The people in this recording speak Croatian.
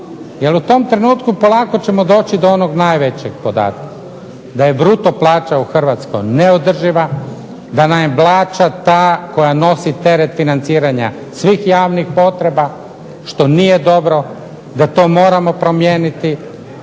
jer u tom trenutku polako ćemo doći do onog najvećeg podatka da je bruto plaća u Hrvatskoj neodrživa, da nam je plaća ta koja nosi teret financiranja svih javnih potreba, što nije dobro, da to moramo promijeniti